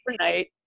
overnight